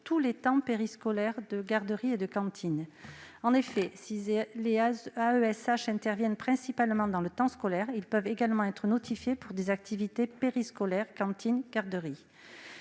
tous les temps périscolaires de garderie et de cantine. En effet, si les AESH interviennent principalement dans le temps scolaire, ils peuvent être notifiés pour des activités périscolaires, comme la